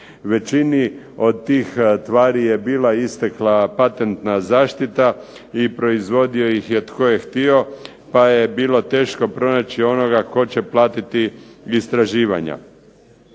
Većini od tih tvari je bila istekla patentna zaštita i proizvodio ih je tko je htio pa je bilo teško pronaći onoga tko će platiti istraživanja.